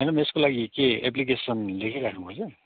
madam यसको लागि के एप्लिकेसन लेखिराख्नुपर्छ